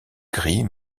gris